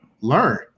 learn